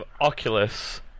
Oculus